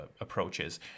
approaches